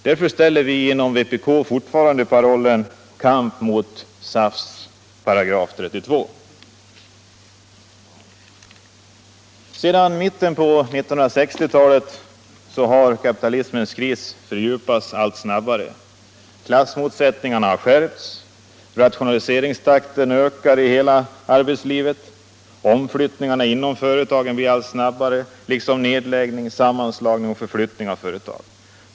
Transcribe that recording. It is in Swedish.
Därför håller vi inom vpk fortfarande fram parollen: Kamp mot SAF:s § 32. Sedan mitten av 1960-talet har kapitalismens kris fördjupats allt snabbare. Klassmotsättningarna har skärpts. Rationaliseringstakten ökar i hela arbetslivet. Omflyttningarna inom företagen blir allt snabbare liksom nedläggning, sammanslagning och förflyttning av företag.